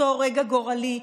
אותו רגע גורלי,